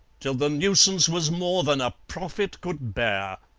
till the nuisance was more than a prophet could bear.